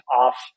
off